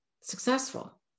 successful